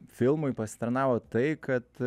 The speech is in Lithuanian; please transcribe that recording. filmui pasitarnavo tai kad